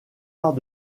arts